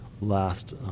last